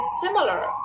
similar